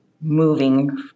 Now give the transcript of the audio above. moving